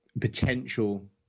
potential